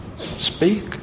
speak